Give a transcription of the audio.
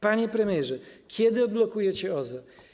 Panie premierze, kiedy odblokujecie OZE?